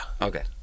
Okay